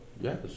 Yes